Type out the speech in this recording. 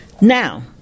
Now